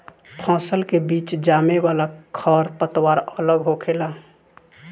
फसल के बीच मे जामे वाला खर पतवार अलग होखेला